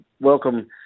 welcome